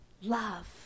Love